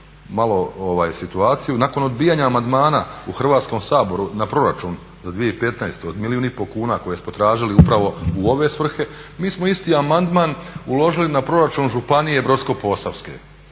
malo situaciju, nakon odbijanja amandmana u Hrvatskom saboru na proračun za 2015.od milijun i po kuna koje smo tražili upravo u ove svrhe mi smo isti amandman uložili na proračun županije Brodsko-posavske